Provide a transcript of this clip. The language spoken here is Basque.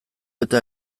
eta